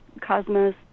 Cosmos